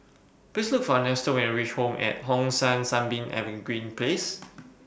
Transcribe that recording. Please Look For Ernesto when YOU REACH Home At Hong San Sunbeam Evergreen Place